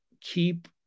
keep